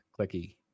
clicky